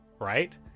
right